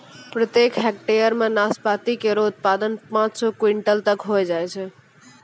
प्रत्येक हेक्टेयर म नाशपाती केरो उत्पादन पांच सौ क्विंटल तक होय जाय छै